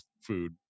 food